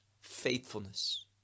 faithfulness